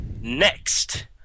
Next